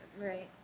right